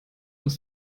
aus